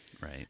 right